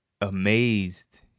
Amazed